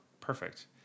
perfect